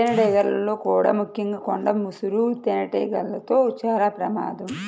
తేనెటీగల్లో కూడా ముఖ్యంగా కొండ ముసురు తేనెటీగలతో చాలా ప్రమాదం